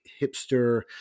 hipster